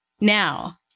now